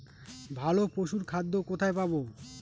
ভালো পশুর খাদ্য কোথায় পাবো?